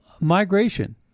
migration